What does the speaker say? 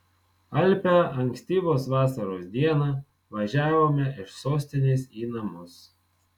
alpią ankstyvos vasaros dieną važiavome iš sostinės į namus